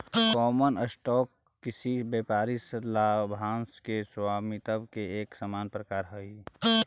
common stock किसी व्यापारिक लाभांश के स्वामित्व के एक सामान्य प्रकार हइ